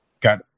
Got